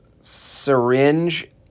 syringe